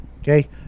Okay